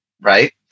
right